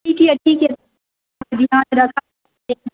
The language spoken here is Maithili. ठीक अइ ठीक अइ